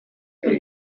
and